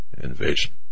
invasion